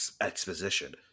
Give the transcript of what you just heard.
exposition